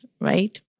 right